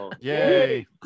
yay